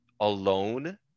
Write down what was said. alone